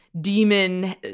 demon